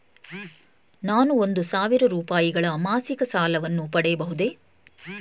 ನಾನು ಒಂದು ಸಾವಿರ ರೂಪಾಯಿಗಳ ಮಾಸಿಕ ಸಾಲವನ್ನು ಪಡೆಯಬಹುದೇ?